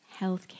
healthcare